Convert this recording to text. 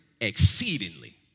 exceedingly